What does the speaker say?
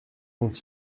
quand